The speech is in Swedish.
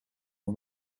och